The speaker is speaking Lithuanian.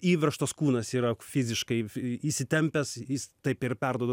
įveržtos kūnas yra fiziškai įsitempęs jis taip ir perduoda